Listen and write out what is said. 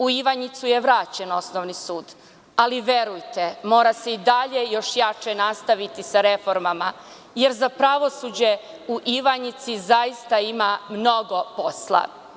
U Ivanjicu je vraćen Osnovni sud, ali verujte, mora se i dalje još jače nastaviti sa reformama, jer za pravosuđe u Ivanjici zaista ima mnogo posla.